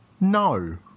No